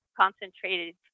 concentrated